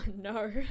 no